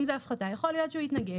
אם זה הפחתה, יכול להיות שהוא יתנגד.